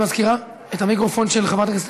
גברתי המזכירה, המיקרופון של חברת הכנסת